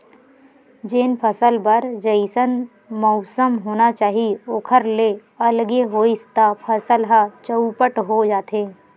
जेन फसल बर जइसन मउसम होना चाही ओखर ले अलगे होइस त फसल ह चउपट हो जाथे